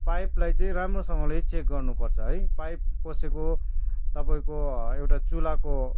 पाइपलाई चाहिँ राम्रोसँगले चेक गर्नुपर्छ है पाइप कसैको तपाईँको एउटा चुल्हाको